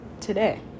today